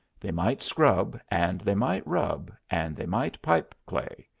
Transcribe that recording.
they might scrub, and they might rub, and they might pipe-clay,